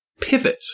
pivot